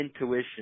intuition